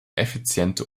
effiziente